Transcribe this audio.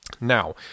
Now